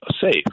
safe